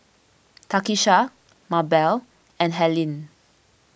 Takisha Mabelle and Helene